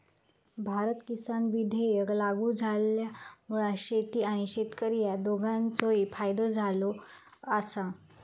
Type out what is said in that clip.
भारत किसान विधेयक लागू झाल्यामुळा शेती आणि शेतकरी ह्या दोघांचोही फायदो झालो आसा